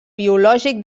biològic